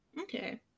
Okay